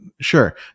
sure